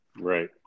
Right